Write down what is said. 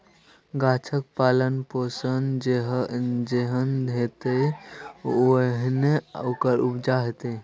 गाछक पालन पोषण जेहन हेतै ओहने ओकर उपजा हेतै